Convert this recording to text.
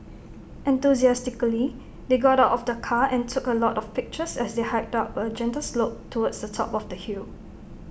enthusiastically they got out of the car and took A lot of pictures as they hiked up A gentle slope towards the top of the hill